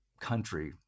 country